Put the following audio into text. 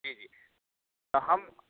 जी जी तऽ हम